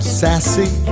sassy